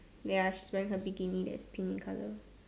ya she's wearing her bikini that's pink in colour